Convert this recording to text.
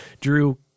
Drew